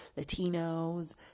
Latinos